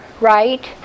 right